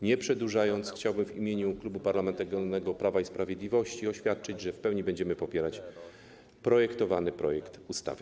Nie przedłużając, chciałbym w imieniu Klubu Parlamentarnego Prawo i Sprawiedliwość oświadczyć, że w pełni będziemy popierać projekt ustawy.